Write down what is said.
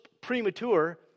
premature